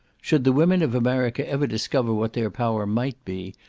should the women of america ever discover what their power might be,